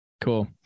Cool